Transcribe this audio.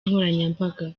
nkoranyambaga